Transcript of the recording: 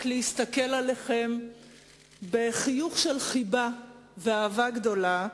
להסתכל עליכם בחיוך של חיבה ואהבה גדולה,